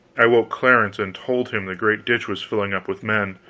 i woke clarence and told him the great ditch was filling up with men,